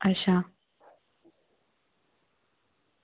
अच्छा